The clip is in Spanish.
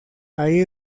allí